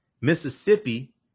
Mississippi